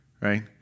right